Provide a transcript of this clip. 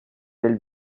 del